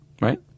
right